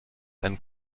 and